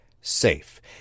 safe